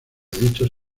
dichos